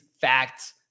facts